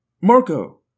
Marco